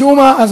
גֹֻ'מעה.